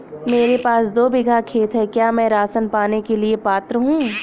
मेरे पास दो बीघा खेत है क्या मैं राशन पाने के लिए पात्र हूँ?